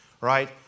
right